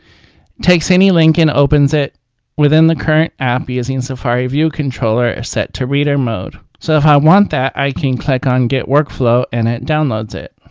takes any link and opens it within the current app using the safari view controller, set to reader mode, so if i want that i can click on get workflow and it downloads it.